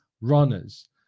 runners